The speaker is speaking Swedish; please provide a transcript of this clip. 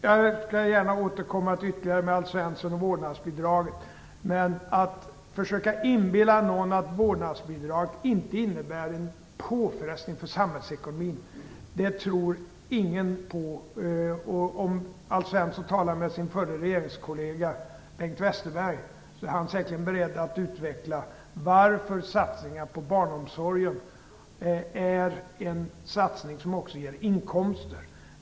Jag skulle gärna återkomma ytterligare till Alf Svensson och vårdnadsbidraget, men att vårdnadsbidrag inte skulle innebära en påfrestning för samhällsekonomin tror ingen på. Om Alf Svensson talar med sin förre regeringskollega Bengt Westerberg, är denne säkerligen beredd att utveckla varför satsningar på barnomsorg också ger inkomster.